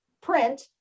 print